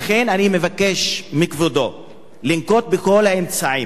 לכן, אני מבקש מכבודו לנקוט את כל האמצעים,